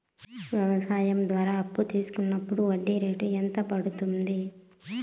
వ్యవసాయం ద్వారా అప్పు తీసుకున్నప్పుడు వడ్డీ రేటు ఎంత పడ్తుంది